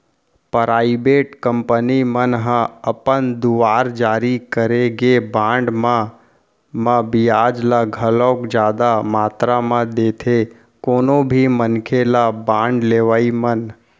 private company मन ह अपन दुवार जारी करे गे बांड मन म बियाज ल घलोक जादा मातरा म देथे कोनो भी मनखे ल बांड लेवई म